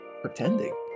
pretending